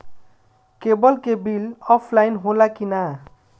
Cable के bill offline होला कि ना?